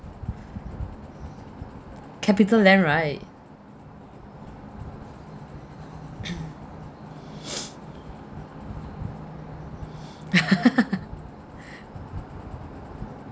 CapitaLand right